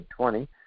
2020